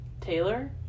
Taylor